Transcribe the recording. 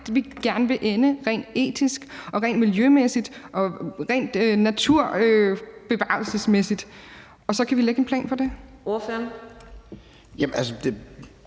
vi gerne vil ende rent etisk og rent miljømæssigt og naturbevarelsesmæssigt, og så kan vi lægge en plan for det? Kl.